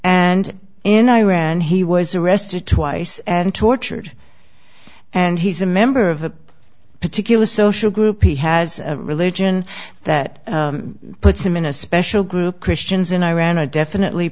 and in iran he was arrested twice and tortured and he's a member of a particular social group he has a religion that puts him in a special group christians in iran are definitely